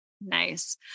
Nice